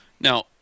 Now